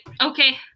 okay